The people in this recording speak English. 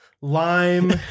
Lime